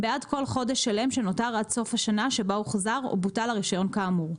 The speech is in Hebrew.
בעד כל חודש שלם שנותר עד סוף השנה שבה הוחזר או בוטל הרישיון כאמור.